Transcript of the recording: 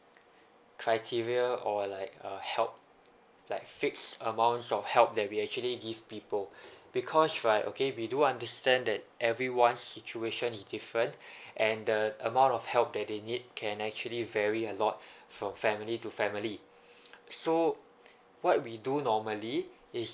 criteria or like uh help like fixed amounts of help that we actually give people because right okay we do understand that everyone's situation is different and the amount of help that they need can actually vary a lot from family to family so what we do normally is